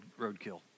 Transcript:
roadkill